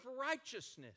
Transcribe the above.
righteousness